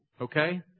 Okay